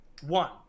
One